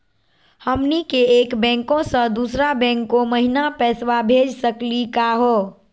हमनी के एक बैंको स दुसरो बैंको महिना पैसवा भेज सकली का हो?